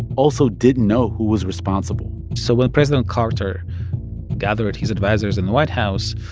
also didn't know who was responsible so when president carter gathered his advisers in the white house,